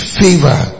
favor